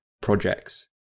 projects